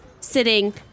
sitting